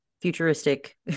futuristic